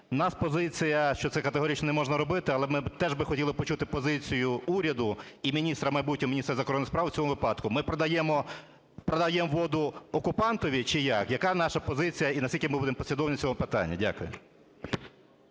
нас позиція, що це категорично не можна робити, але ми теж би хотіли почути позицію уряду і міністра майбутнього, міністра закордонних справ у цьому випадку. Ми продаємо воду окупантові чи як? Яка наша позиція і наскільки ми будемо послідовні в цьому питанні? Дякую.